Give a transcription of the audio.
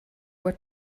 what